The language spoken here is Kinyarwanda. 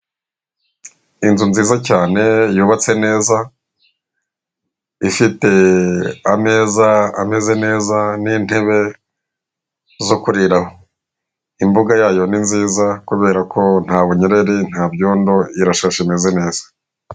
Inzu nziza cyane yubatse neza, ifite ameza ameze neza n'intebe zo kuriraho, imbuga yayo ni nziza kubera ko nta bunyereri, nta byondo, irashashe imeze neza.